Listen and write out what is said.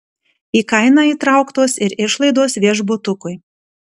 į kainą įtrauktos ir išlaidos viešbutukui